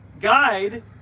guide